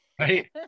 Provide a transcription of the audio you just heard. right